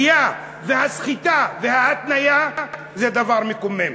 הכפייה והסחיטה וההתניה זה דבר מקומם.